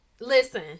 Listen